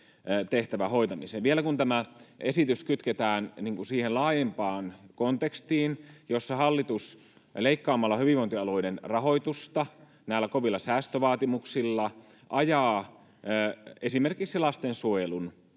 tehtävän hoitamiseen. Vielä kun tämä esitys kytketään siihen laajempaan kontekstiin, jossa hallitus leikkaamalla hyvinvointialueiden rahoitusta näillä kovilla säästövaatimuksilla ajaa esimerkiksi lastensuojelun